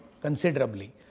considerably